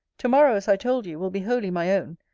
to-morrow, as i told you, will be wholly my own,